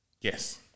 Yes